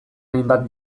hainbat